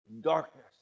darkness